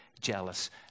jealous